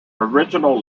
original